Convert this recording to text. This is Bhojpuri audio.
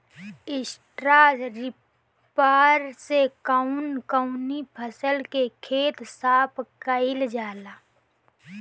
स्टरा रिपर से कवन कवनी फसल के खेत साफ कयील जाला?